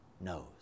knows